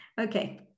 Okay